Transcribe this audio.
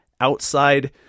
outside